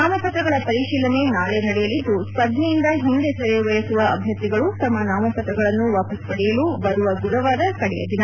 ನಾಮಪತ್ರಗಳ ಪರಿಶೀಲನೆ ನಾಳಿ ನಡೆಯಲಿದ್ದು ಸ್ಪರ್ಧೆಯಿಂದ ಹಿಂದೆ ಸರಿಯ ಬಯಸುವ ಅಭ್ಯರ್ಥಿಗಳು ತಮ್ಮ ನಾಮಪತ್ರಗಳನ್ನು ವಾಪಸ್ ಪಡೆಯಲು ಬರುವ ಗುರುವಾರ ಕಡೆಯ ದಿನ